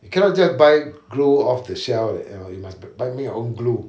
you cannot just buy glue off the shelf you know you must buy your own glue